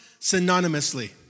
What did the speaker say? synonymously